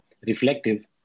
reflective